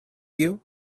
you